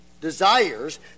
desires